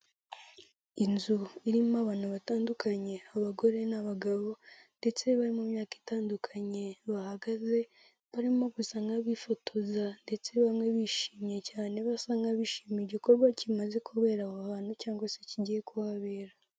Inzu irimo abantu batandukanye abagore n'abagabo ndetse bari mu myaka itandukanye bahagaze, barimo gusa nk'abifotoza ndetse bamwe bishimye cyane basa nk'abishimiye igikorwa kimaze kubera aho bantu cyangwa se kigiye kuhabera.